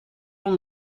van